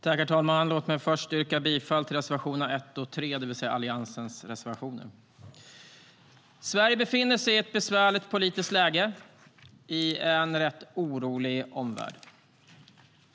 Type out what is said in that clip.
Herr talman! Låt mig först yrka bifall till reservationerna 1 och 3, det vill säga Alliansens reservationer. Sverige befinner sig i ett besvärligt politiskt läge i en rätt orolig omvärld.